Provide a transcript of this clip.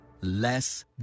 Less